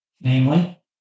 namely